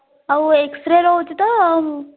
ଆଉ ଏକ୍ସ ରେ ରହୁଛି ତ